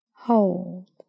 Hold